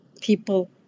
People